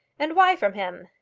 and why from him?